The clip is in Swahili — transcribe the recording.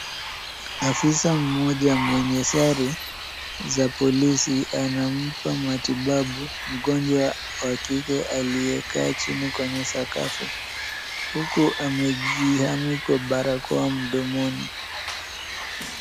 Afisa mmoja mwenye sare za polisi anampa matibabu mgonjwa wa kike aliyekaa chini kwenye sakafu huku amejihami kwa barakoa mdomoni.